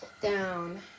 down